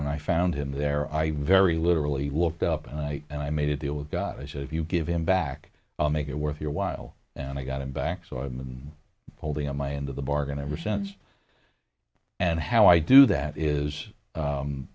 when i found him there i very literally looked up and i and i made a deal with god as if you give him back make it worth your while and i got him back so i've been holding on my end of the bargain ever since and how i do that is